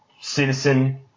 Citizen